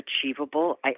achievable